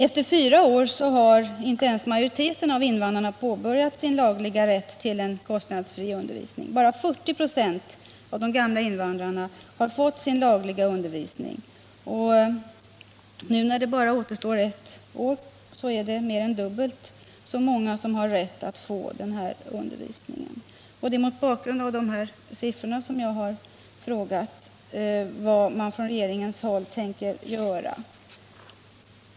Efter fyra år har majoriteten av invandrarna inte ens påbörjat den kostnadsfria undervisning som de har laglig rätt till — bara 40 26 av de gamla invandrarna har fått sin lagliga undervisning, och nu, när det bara återstår ett år, har mer än dubbelt så många rätt att erhålla undervisning. Det är mot bakgrund av de siffrorna som jag har frågat vad man på regeringshåll tänker göra.